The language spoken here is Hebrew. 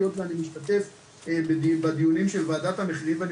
היות ואני משתתף בוועדת המחירים ואני